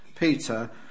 Peter